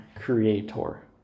Creator